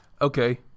Okay